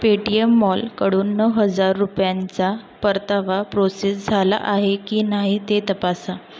Paytm मॉलकडून नऊ हजार रुपयांचा परतावा प्रोसेस झाला आहे की नाही ते तपासा